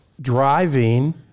driving